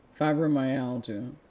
Fibromyalgia